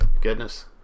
Goodness